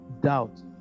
doubt